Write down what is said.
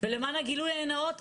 ולמען הגילוי הנאות,